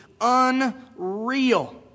Unreal